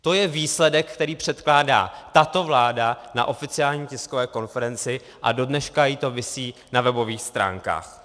To je výsledek, který předkládá tato vláda na oficiální tiskové konferenci, a dodnes jí to visí na webových stránkách.